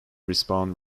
respawn